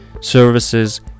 services